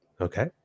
Okay